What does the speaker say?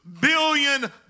billion